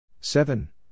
Seven